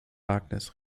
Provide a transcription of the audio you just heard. agnes